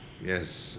Yes